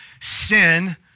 sin